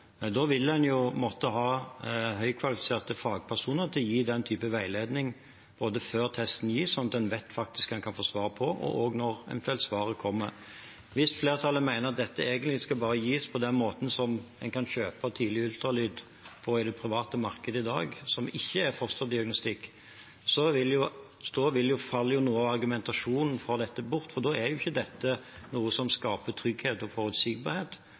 Da vil en måtte ha høyt kvalifiserte fagpersoner til å gi den type veiledning både før testen gis, slik at en vet hva en kan få svar på, og eventuelt også når svaret kommer. Hvis flertallet mener at dette egentlig bare skal gis som i dag, på den måten at en kan kjøpe tidlig ultralyd i det private markedet, som ikke er fosterdiagnostikk, faller jo noe av argumentasjonen for dette bort, for da er ikke dette noe som skaper trygghet og forutsigbarhet. Da er dette noe som har et helt annet formål. Og en vil ikke kunne skape trygghet og forutsigbarhet